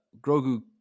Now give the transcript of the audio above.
Grogu